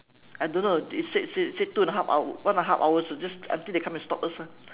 I don't know they said said said two and a half hour one and half hour so just until they come and stop us ah